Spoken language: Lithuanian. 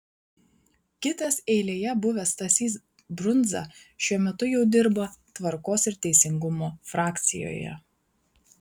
kitas eilėje buvęs stasys brundza šiuo metu jau dirba tvarkos ir teisingumo frakcijoje